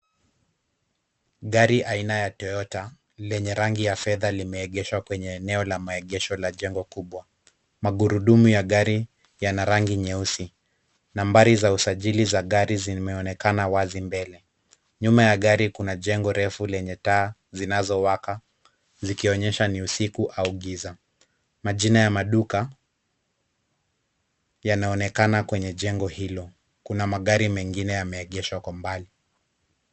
Gari aina ya Toyota lenye rangi ya fedha limeegeshwa kwenye eneo la maegesho la jengo kubwa. Magurudumu ya gari yana rangi nyeusi. Nambari za usajili za gari zimeonekana wazi mbele. Nyuma ya gari kuna jengo refu lenye taa zinazowaka zikionyesha ni usiku au giza. Majina ya maduka yanaonekana kwenye jengo hilo. Kuna magari mengine yameegeshwa kwa mbali.